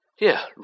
Yeah